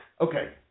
Okay